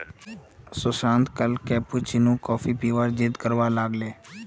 सुशांत कल cappuccino coffee पीबार जिद्द करवा लाग ले